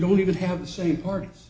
don't even have the same part